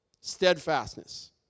steadfastness